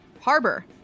Harbor